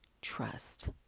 trust